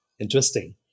Interesting